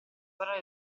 parole